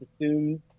assume